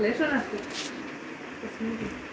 लेखनम् अस्ति तस्मिन् कृते